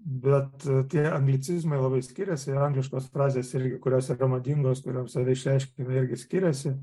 bet tie anglicizmai labai skiriasi angliškos frazės ir kurios yra madingos ir kaip save išreiškia irgi skiriasi